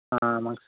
ஆ ஆமாங்க சார்